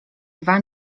dwa